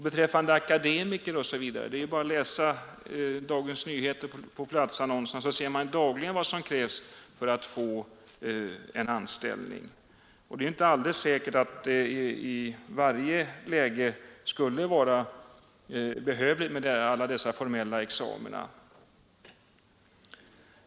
Beträffande akademiker kan man dagligen i platsannonserna i Dagens Nyheter se vad som krävs för att få en anställning. Det är inte alldeles säkert att det i varje läge är behövligt med alla dessa formella examina.